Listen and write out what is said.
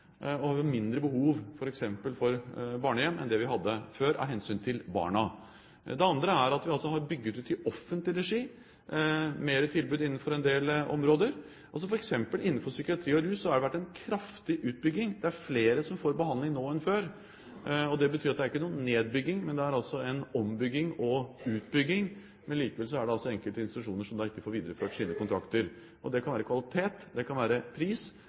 mindre behov for barnehjem enn det vi hadde før – av hensyn til barna. Det andre er at vi har bygget ut flere tilbud i offentlig regi innenfor en del områder. For eksempel innenfor psykiatri og rus har det vært en kraftig utbygging. Det er flere som får behandling nå enn før. Det betyr ikke at det er noen nedbygging, det er ombygging og utbygging. Likevel er det enkelte institusjoner som ikke får videreført sine kontrakter. Det kan være kvalitet, og det kan være pris.